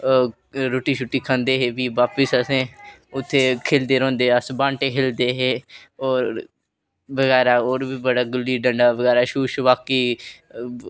रुट्टी खंदे हे ते प्ही बापस असें उत्थें खेल्लदे रौहंदे हे अस बांह्टे खेल्लदे हे होर बगैरा गुल्ली डंडा बगैरा छूह्न छपाकी